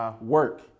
work